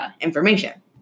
information